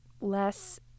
less